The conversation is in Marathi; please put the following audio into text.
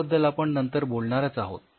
याबद्दल आपण नंतर बोलणारच आहोत